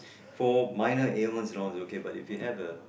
for minor ailments is okay but if you have the